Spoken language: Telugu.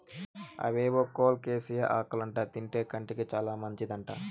అవేవో కోలోకేసియా ఆకులంట తింటే కంటికి చాలా మంచిదంట